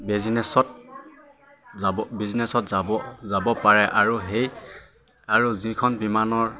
বেজিনেছত যাব বিজনেছত যাব যাব পাৰে আৰু সেই আৰু যিখন বিমানৰ